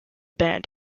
band